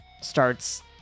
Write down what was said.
starts